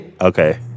Okay